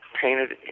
painted